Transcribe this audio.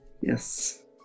yes